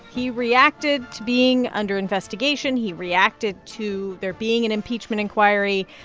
he reacted to being under investigation. he reacted to there being an impeachment inquiry.